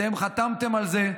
אתם חתמתם על זה,